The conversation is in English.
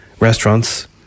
restaurants